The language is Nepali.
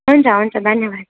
हुन्छ हुन्छ धन्यवाद